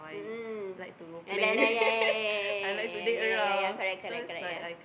mmhmm and like yeah yeah yeah yeah yeah yeah yeah yeah yeah correct correct yeah